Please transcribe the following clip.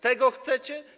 Tego chcecie?